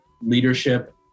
leadership